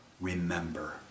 Remember